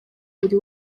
buri